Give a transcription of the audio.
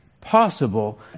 possible